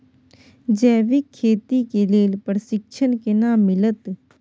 जैविक खेती के लेल प्रशिक्षण केना मिलत?